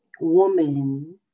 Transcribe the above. woman